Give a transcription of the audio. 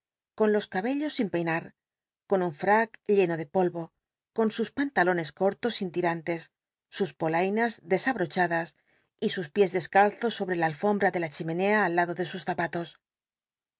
con los cabellos sin peinar con nn fmc lleno de polvo con sus pantalones co rtos sin t il hltcs sus polainas desabrochadas y sus piés descalzos so bre lllbl'a de in c himenca al lado de sns zapatos